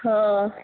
हँ